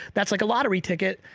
that's like a lottery ticket.